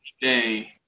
day